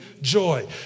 joy